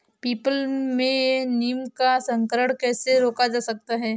People में नीम का संकरण कैसे रोका जा सकता है?